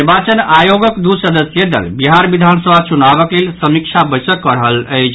निर्वाचन आयोगक दू सदस्यीय दल बिहार विधानसभा चुनावक लेल समीक्षा बैसक कऽ रहल अछि